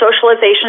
socialization